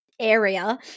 area